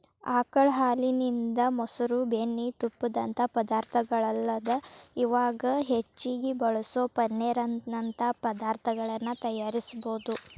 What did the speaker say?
ಆಕಳ ಹಾಲಿನಿಂದ, ಮೊಸರು, ಬೆಣ್ಣಿ, ತುಪ್ಪದಂತ ಪದಾರ್ಥಗಳಲ್ಲದ ಇವಾಗ್ ಹೆಚ್ಚಾಗಿ ಬಳಸೋ ಪನ್ನೇರ್ ನಂತ ಪದಾರ್ತಗಳನ್ನ ತಯಾರಿಸಬೋದು